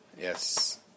Yes